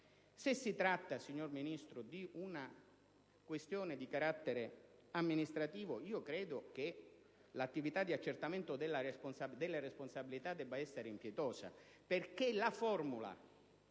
Se si tratta, signor Ministro, di una questione di carattere amministrativo, io credo che l'attività di accertamento delle responsabilità debba essere impietosa, perché la formula